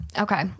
Okay